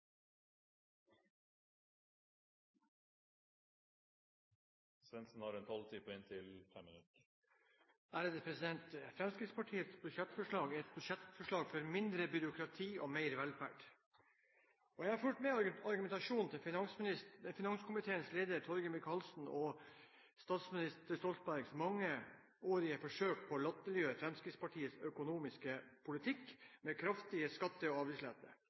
Fremskrittspartiets budsjettforslag er et budsjettforslag for mindre byråkrati og mer velferd. Jeg har fulgt med på argumentasjonen til finanskomiteens leder, Torgeir Micaelsen, og statsminister Stoltenbergs mangeårige forsøk på å latterliggjøre Fremskrittspartiets økonomiske politikk med kraftige skatte- og